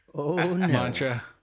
mantra